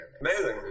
Amazing